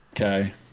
Okay